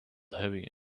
heavy